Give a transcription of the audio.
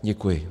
Děkuji.